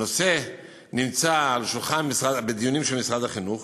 שהנושא נמצא בדיונים של משרד החינוך,